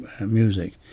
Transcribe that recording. music